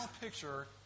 picture